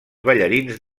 ballarins